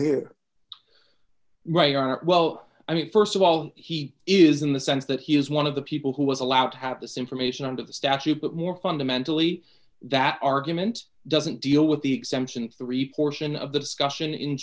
here right well i mean st of all he is in the sense that he is one of the people who was allowed to have this information under the statute but more fundamentally that argument doesn't deal with the exemption three portion of the